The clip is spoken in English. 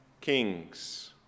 kings